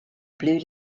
blue